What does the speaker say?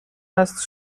است